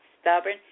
stubborn